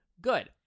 Good